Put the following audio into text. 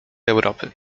europy